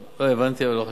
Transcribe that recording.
לא הבנתי, אבל לא חשוב.